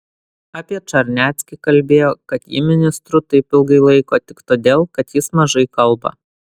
apie čarneckį kalbėjo kad jį ministru taip ilgai laiko tik todėl kad jis mažai kalba